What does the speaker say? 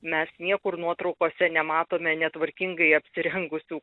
mes niekur nuotraukose nematome netvarkingai apsirengusių